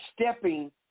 stepping